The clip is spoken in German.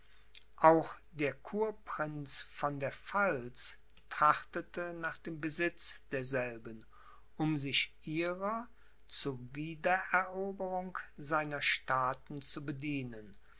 auch der kurprinz von der pfalz trachtete nach dem besitz derselben um sich ihrer zu wiedereroberung seiner staaten zu bedienen